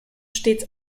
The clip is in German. stets